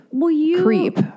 creep